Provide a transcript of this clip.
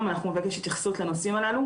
ואנחנו נבקש התייחסות לנושאים האלה.